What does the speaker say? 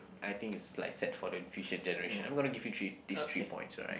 I think it's like set for the future generations I'm gonna give you three these three points right